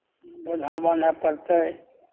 बोझा बान्हय पड़तै